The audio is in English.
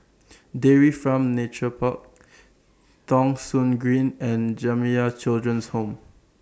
Dairy Farm Nature Park Thong Soon Green and Jamiyah Children's Home